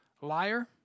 liar